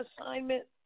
assignment